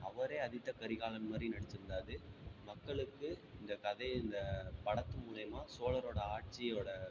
அவரே அதித்த கரிகாலன் மாதிரி நடிச்சிருந்தார் மக்களுக்கு இந்த கதை இந்தப் படத்து மூலிமா சோழரோட ஆட்சியோடய